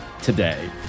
Today